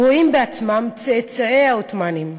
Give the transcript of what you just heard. הרואים בעצמם צאצאי העות'מאנים,